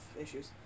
issues